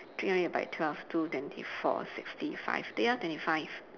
three hundred divide by twelve two twenty four sixty five 对 ah twenty five